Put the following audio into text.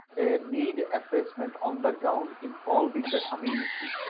a need assessment on the ground involving the community.